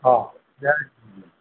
हा जय झूले